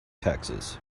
taxes